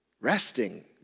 resting